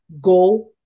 go